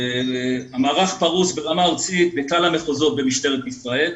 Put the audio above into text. המערך פרוס ברמה הארצית בכמה מחוזות במשטרת ישראל.